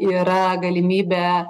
yra galimybė